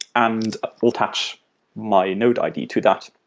and we'll attach my node id to that.